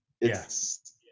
yes